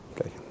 Okay